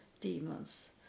demons